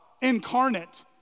incarnate